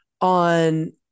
on